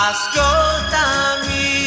Ascoltami